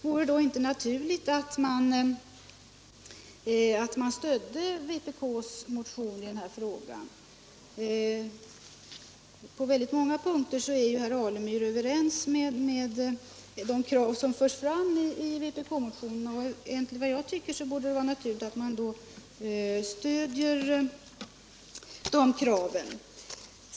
Vore det då inte naturligt att man stödde vpk:s motion i denna fråga? På väldigt många punkter är herr Alemyr överens med oss om de krav som vi för fram i vår motion, och jag tycker att det då borde vara naturligt att han stöder dessa krav.